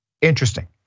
Interesting